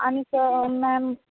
आणि स मॅम